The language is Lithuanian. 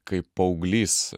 kaip paauglys